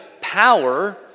power